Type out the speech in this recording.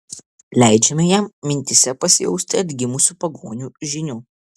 leidžiame jam mintyse pasijausti atgimusiu pagonių žyniu